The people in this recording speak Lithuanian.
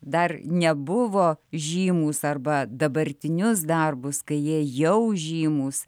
dar nebuvo žymūs arba dabartinius darbus kai jie jau žymūs